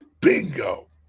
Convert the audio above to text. Bingo